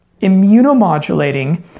immunomodulating